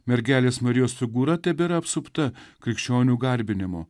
mergelės marijos figūra tebėra apsupta krikščionių garbinimo